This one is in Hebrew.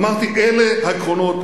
אמרתי: אלה העקרונות.